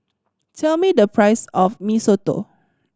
tell me the price of Mee Soto